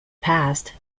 past